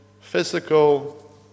physical